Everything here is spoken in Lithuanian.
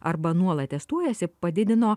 arba nuolat testuojasi padidino